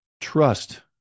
Trust